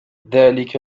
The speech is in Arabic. ذلك